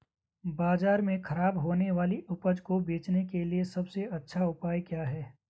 बाजार में खराब होने वाली उपज को बेचने के लिए सबसे अच्छा उपाय क्या हैं?